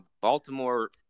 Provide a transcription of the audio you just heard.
Baltimore